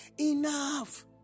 enough